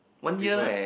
the people